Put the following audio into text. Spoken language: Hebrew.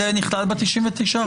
זה נכלל ב-99%?